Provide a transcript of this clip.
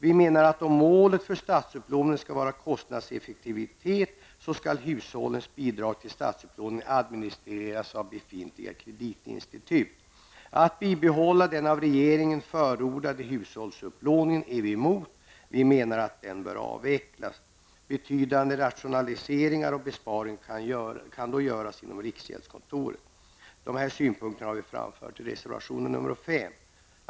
Vi menar att om målet för statsupplåningen skall vara kostnadseffektivitet, skall hushållens bidrag till statsupplåningen administreras av befintliga kreditinstitut. Att bibehålla den av regeringen förordade hushållsupplåningen är vi emot, och vi menar att den bör avvecklas. Betydande rationaliseringar och besparingar kan då göras inom riksgäldskontoret. Dessa synpunkter har vi framfört i reservation nr 5.